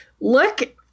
look